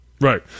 Right